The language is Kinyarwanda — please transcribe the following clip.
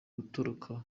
gutoroka